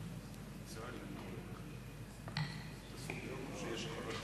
נגד, אין,